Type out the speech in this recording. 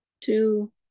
Two